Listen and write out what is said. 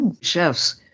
chefs